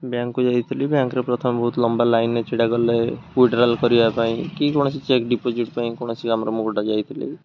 ବ୍ୟାଙ୍କକୁ ଯାଇଥିଲି ବ୍ୟାଙ୍କରେ ପ୍ରଥମେ ବହୁତ ଲମ୍ବା ଲାଇନ୍ରେ ଛିଡ଼ା କଲେ ୱିଡ୍ରାଲ୍ କରିବା ପାଇଁ କି କୌଣସି ଚେକ୍ ଡ଼ିପୋଜିଟ୍ ପାଇଁ କୌଣସି କାମର ମୁଁ ଗୋଟେ ଯାଇଥିଲି